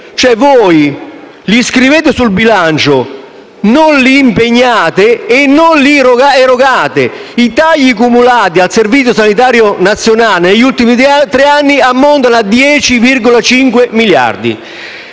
queste somme sul bilancio, ma non le impegnate e non le erogate. I tagli cumulati sul Servizio sanitario nazionale negli ultimi tre anni ammontano a 10,5 miliardi.